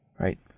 right